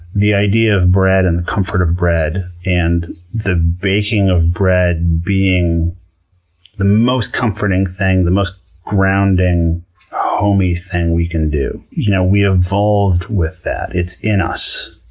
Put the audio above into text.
the idea of bread, and the comfort of bread, and the baking of bread being the most comforting thing, the most grounding home-y thing we can do. you know we evolved with that. it's in us.